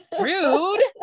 Rude